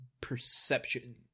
perception